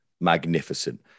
magnificent